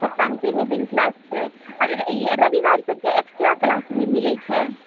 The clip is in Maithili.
सप्ताहमे तीने दिन क्लास छै आर ई रविवार सभकेँ एक्स्ट्रा क्लास भी मिलै छै